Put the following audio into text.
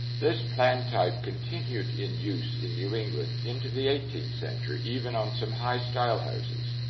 this plan type continued in use in new england into the eighteenth century, even on some high-style houses.